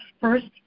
first